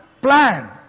plan